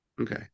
Okay